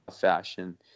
fashion